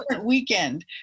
weekend